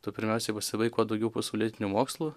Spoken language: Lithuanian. tu pirmiausiai pasibaik kuo daugiau pasaulietinių mokslų